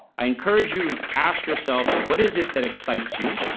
i encourage you to ask yourself what is it that excites you.